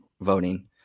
voting